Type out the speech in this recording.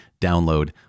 download